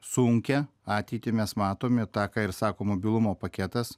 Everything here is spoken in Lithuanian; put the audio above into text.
sunkią ateitį mes matome tą ką ir sako mobilumo paketas